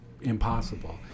impossible